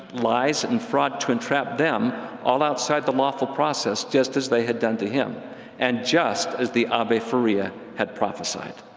lies, and fraud to entrap them, all outside the lawful process, just as they had done to him and just as the abbe faria had prophesied.